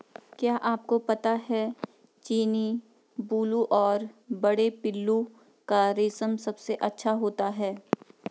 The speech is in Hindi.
क्या आपको पता है चीनी, बूलू और बड़े पिल्लू का रेशम सबसे अच्छा होता है?